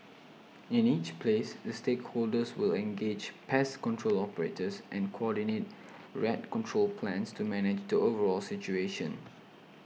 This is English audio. in each place the stakeholders will engage pest control operators and coordinate rat control plans to manage the overall situation